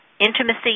Intimacy